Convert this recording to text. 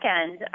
end